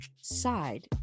side